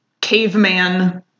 caveman